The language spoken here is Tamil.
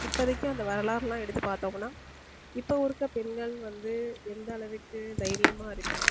இப்போதைக்கி அந்த வரலாறுலாம் எடுத்து பார்த்தோம்ன்னா இப்பவும் இருக்க பெண்கள் வந்து எந்த அளவுக்கு தைரியமாக இருக்கணும்